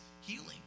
healing